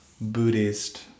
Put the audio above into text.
Buddhist